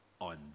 on